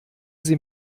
sie